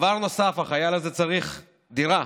דבר נוסף החייל הזה צריך דירה.